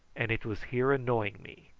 and it was here annoying me.